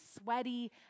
sweaty